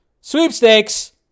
sweepstakes